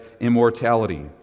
immortality